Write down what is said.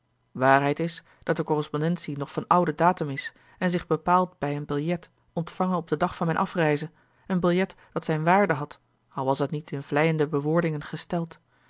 waarheid is dat de correspondentie nog van ouden datum is en zich bepaalt bij een biljet ontvangen op den dag van mijne afreize een biljet dat zijne waarde had al was het niet in vleiende bewoordingen gesteld